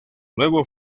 nuevo